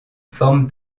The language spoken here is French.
forme